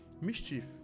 Mischief